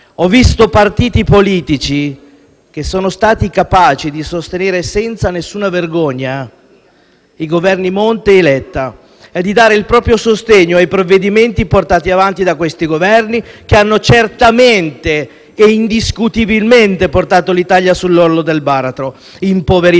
Ho visto partiti politici che sono stati capaci di sostenere senza alcuna vergogna i Governi Monti e Letta, e di dare il proprio sostegno ai provvedimenti portati avanti da questi Governi, che hanno certamente e indiscutibilmente portato l'Italia sull'orlo del baratro e impoverito